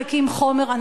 מחלקים חומר,